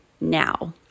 now